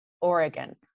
Oregon